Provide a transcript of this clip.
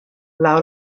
laŭ